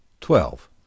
twelve